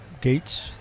Gates